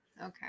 Okay